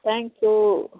thank you